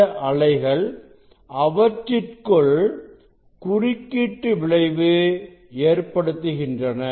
இந்த அலைகள் அவற்றிற்குள்குறுக்கீட்டு விளைவு ஏற்படுத்துகின்றன